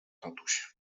tatuś